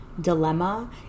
dilemma